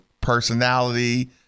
personality